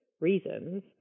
reasons